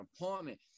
apartment